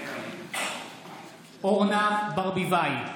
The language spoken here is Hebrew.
מתחייב אני אורנה ברביבאי,